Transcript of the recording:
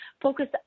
focus